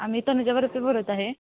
आम्ही तनुजा बर्पे बोलत आहे